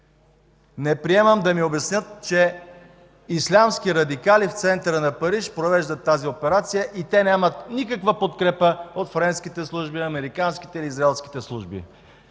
Не приемам да ми обяснят, че ислямски радикали в центъра на Париж провеждат тази операция и те нямат никаква подкрепа от френските служби, американските или израелските служби.